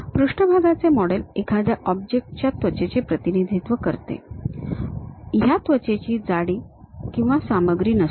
पृष्ठभागाचे मॉडेल एखाद्या ऑब्जेक्ट च्या त्वचेचे प्रतिनिधित्व करते या त्वचेची जाडी किंवा सामग्री नसते